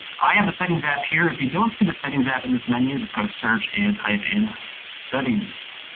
i have the settings app here. if you don't see the settings app in this menu just go to search and type in settings.